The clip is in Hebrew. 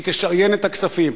שהיא תשריין את הכספים.